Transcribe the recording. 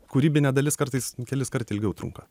kūrybinė dalis kartais kelis kart ilgiau trunka